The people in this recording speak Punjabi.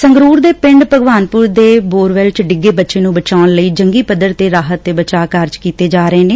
ਸੰਗਰੁਰ ਦੇ ਪਿੰਡ ਭਗਵਾਨਪੁਰ ਚ ਬੋਰਵੈਲ ਚ ਡਿੱਗੇ ਬੱਚੇ ਨੂੰ ਬਚਾਉਣ ਲਈ ਜੰਗੀ ਪੱਧਰ ਤੇ ਰਾਹਤ ਤੇ ਬਚਾਅ ਕਾਰਜ ਕੀਤੇ ਜਾ ਰਹੇ ਨੇ